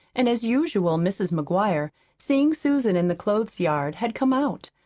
and as usual mrs. mcguire, seeing susan in the clothes-yard, had come out,